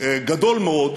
גדול מאוד,